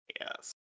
Yes